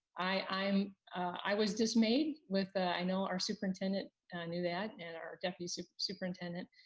i um i was dismayed with, ah i know our superintendent knew that and our deputy so superintendent.